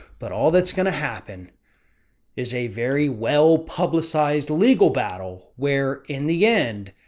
but all that's going to happen is a very well publicized legal battle where in the end,